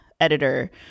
editor